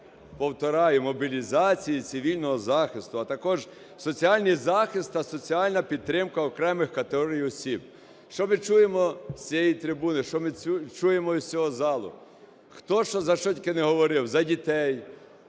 Повторюю, мобілізації і цивільного захисту, а також соціальний захист та соціальна підтримка окремих категорій осіб. Що ми чуємо з цієї трибуни, що ми чуємо з цього залу? Хто за що тільки не говорив: за дітей,